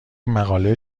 مقاله